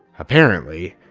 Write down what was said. apparently,